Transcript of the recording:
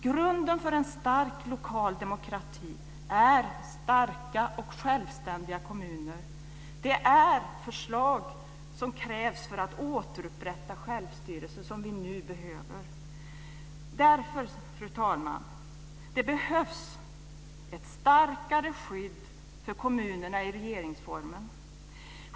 Grunden för en stark lokal demokrati är starka och självständiga kommuner. Det är förslag som krävs för att återupprätta självstyrelse som vi nu behöver. Därför, fru talman, behövs det ett starkare skydd för kommunerna i regeringsformen.